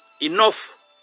Enough